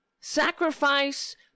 Sacrifice